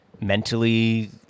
mentally